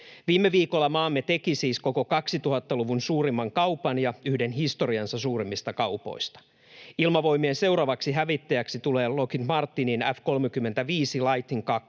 Viime viikolla maamme teki siis koko 2000-luvun suurimman kaupan ja yhden historiansa suurimmista kaupoista. Ilmavoimien seuraavaksi hävittäjäksi tulee Lockheed Martinin F-35 Lightning